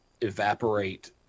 evaporate